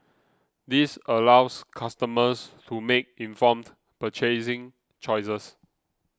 this allows customers to make informed purchasing choices